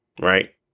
right